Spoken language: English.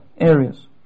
areas